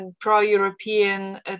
pro-European